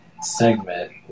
segment